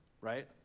right